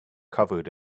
covered